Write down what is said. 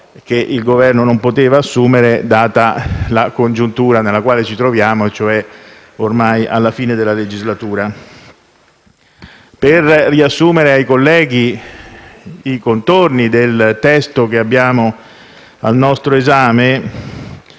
che il Governo non poteva assumere, data la congiuntura nella quale ci troviamo, cioè alla fine della legislatura. Per riassumere ai colleghi i contorni del testo che abbiamo al nostro esame,